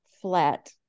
flat